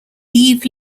yves